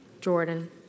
Jordan